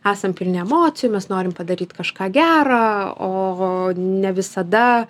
esam pilni emocijų mes norim padaryt kažką gero o ne visada